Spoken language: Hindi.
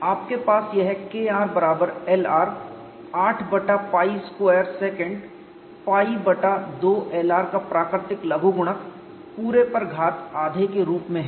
आपके पास यह Kr बराबर Lr 8 बटा π2 Secant π बटा 2 Lr का प्राकृतिक लघुगणक पूरे पर घात आधा के रूप में है